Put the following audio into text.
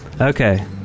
Okay